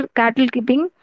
cattle-keeping